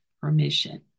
permission